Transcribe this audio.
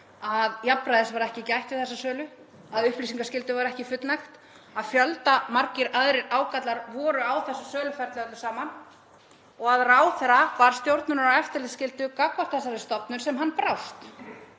að jafnræðis var ekki gætt við þessa sölu, að upplýsingaskyldu var ekki fullnægt, að fjöldamargir aðrir ágallar voru á þessu söluferli öllu saman og að ráðherra bar stjórnunar- og eftirlitsskyldu gagnvart þessari stofnun sem hann brást.